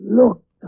look